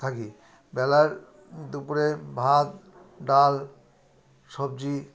থাকি বেলার দুপুরে ভাত ডাল সবজি